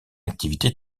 activité